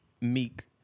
Meek